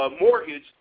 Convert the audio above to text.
mortgage